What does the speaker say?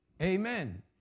Amen